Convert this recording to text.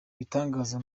igitangaza